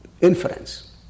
inference